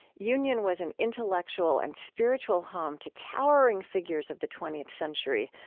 union was an intellectual and spiritual home to towering figures of the twentieth century,